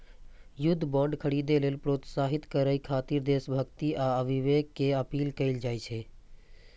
युद्ध बांड खरीदै लेल प्रोत्साहित करय खातिर देशभक्ति आ विवेक के अपील कैल जाइ छै